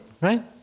right